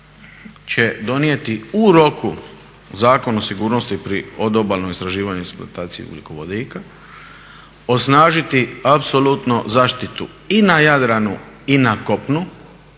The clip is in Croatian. će donijeti u roku Zakon o sigurnosti pri odobalnom istraživanju i eksploataciji ugljikovodika, osnažiti apsolutno zaštitu i na Jadranu i na kopnu.